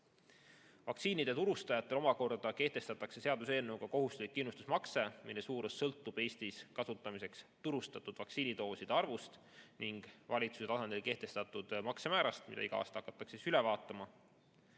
Vaktsiinide turustajatele omakorda kehtestatakse seaduseelnõuga kohustuslik kindlustusmakse, mille suurus sõltub Eestis kasutamiseks turustatud vaktsiinidooside arvust ning valitsuse tasandil kehtestatud maksemäärast, mida iga aasta hakatakse üle vaatama.